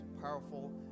powerful